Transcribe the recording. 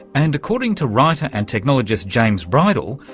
and according to writer and technologist james bridle,